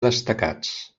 destacats